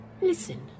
Listen